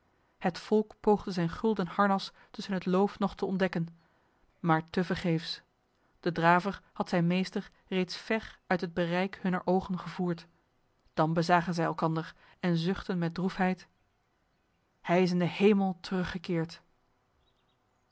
het volk poogde zijn gulden harnas tussen het loof nog te ontdekken maar tevergeefs de draver had zijn meester reeds ver uit het bereik hunner ogen gevoerd dan bezagen zij elkander en zuchtten met droefheid hij is in de hemel teruggekeerd